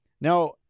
Now